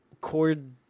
cord